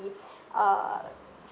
the uh